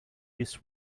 this